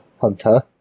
hunter